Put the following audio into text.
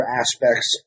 aspects